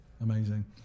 Amazing